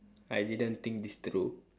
I didn't think this through